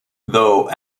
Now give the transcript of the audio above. though